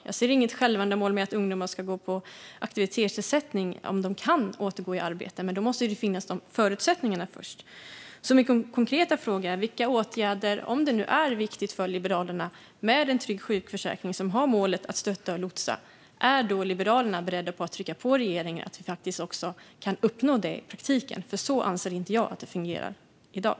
Jag ser inget självändamål med att ungdomar ska gå på aktivitetsersättning om de kan återgå i arbete, men då måste det först finnas förutsättningar. Om det nu är viktigt för Liberalerna med en trygg sjukförsäkring som har målet att stötta och lotsa, är då Liberalerna beredda att trycka på regeringen så att vi faktiskt också kan uppnå detta i praktiken? Så anser nämligen inte jag att det fungerar i dag.